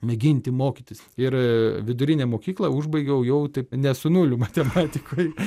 mėginti mokytis ir vidurinę mokyklą užbaigiau jau taip ne su nuliu matematikoj